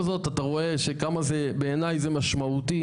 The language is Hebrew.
זאת אתה רואה כמה בעיניי זה משמעותי,